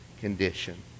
condition